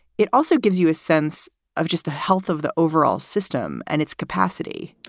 it also gives you a sense of just the health of the overall system and its capacity.